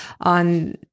on